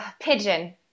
pigeon